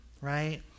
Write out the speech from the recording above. Right